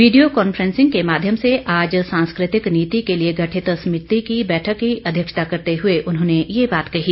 video conferencing के माध्यम से आज सांस्कृतिक नीति के लिए गठित समिति की बैठक की अध्यक्षता करते हुए उन्होंने ये बात कही